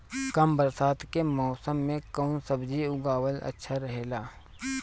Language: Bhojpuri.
कम बरसात के मौसम में कउन सब्जी उगावल अच्छा रहेला?